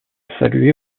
salué